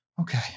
Okay